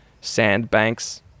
sandbanks